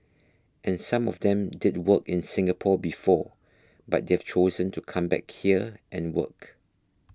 and some of them did work in Singapore before but they've chosen to come back here and work